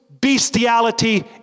bestiality